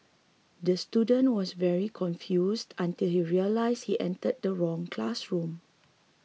the student was very confused until he realised he entered the wrong classroom